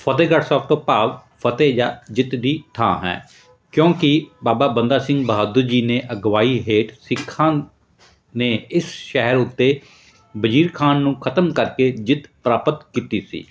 ਫਤਿਹਗੜ੍ਹ ਸਾਹਿਬ ਤੋਂ ਭਾਵ ਫਤਿਹ ਜਾਂ ਜਿੱਤ ਦੀ ਥਾਂ ਹੈ ਕਿਉਂਕਿ ਬਾਬਾ ਬੰਦਾ ਸਿੰਘ ਬਹਾਦਰ ਜੀ ਨੇ ਅਗਵਾਈ ਹੇਠ ਸਿੱਖਾਂ ਨੇ ਇਸ ਸ਼ਹਿਰ ਉੱਤੇ ਵਜ਼ੀਰ ਖਾਂ ਨੂੰ ਖਤਮ ਕਰਕੇ ਜਿੱਤ ਪ੍ਰਾਪਤ ਕੀਤੀ ਸੀ